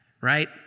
right